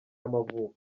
y’amavuko